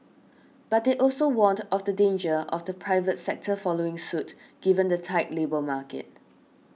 but they also warned of the danger of the private sector following suit given the tight labour market